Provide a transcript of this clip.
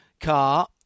car